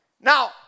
Now